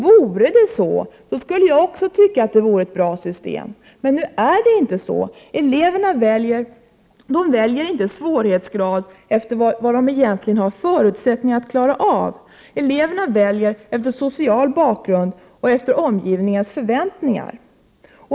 Vore det så skulle jag också tycka att det var ett bra system. Men nu är det inte så. Eleverna väljer inte svårighetsgrad efter vilka förutsättningar de egentligen har att klara kursen utan efter social bakgrund och omgivningens förväntningar.